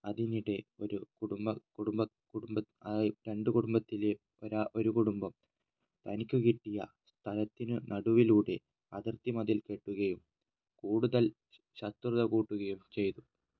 അതിനിടെ ഒരു കുടുംബ ആ രണ്ട് കുടുംബത്തിലെ ഒരു കുടുംബം തനിക്ക് കിട്ടിയ സ്ഥലത്തിന് നടുവിലൂടെ അതിർത്തി മതിൽ കെട്ടുകയും കൂടുതൽ ശത്രുത കൂട്ടുകയും ചെയ്തു